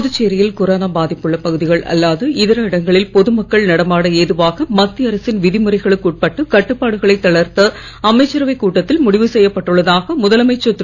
புதுச்சேரியில் கொரோனா பாதிப்புள்ள பகுதிகள் அல்லாது இதர இடங்களில் பொது மக்கள் நடமாட ஏதுவாக மத்திய அரசின் விதிமுறைகளுக்கு உட்பட்டு கட்டுப்பாடுகளை தளர்த்த அமைச்சரவை கூட்டத்தில் முடிவு செய்யப் பட்டுள்ளதாக முதலமைச்சர் திரு